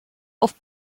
auf